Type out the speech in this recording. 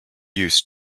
use